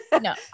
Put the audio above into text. No